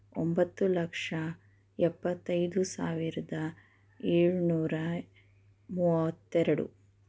ಒಂಬತ್ತು ಲಕ್ಷ ಎಪ್ಪತ್ತೈದು ಸಾವಿರದ ಏಳು ನೂರ ಮೂವತ್ತೆರಡು